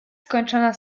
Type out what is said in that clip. skończona